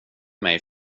mig